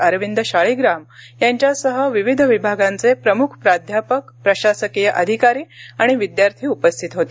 अरविंद शाळीग्राम यांच्यासह विविध विभागांचे प्रमुख प्राध्यापक प्रशासकीय अधिकारी आणि विद्यार्थी उपस्थित होते